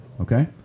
okay